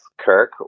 Kirk